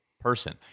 person